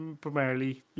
primarily